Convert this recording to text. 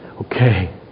okay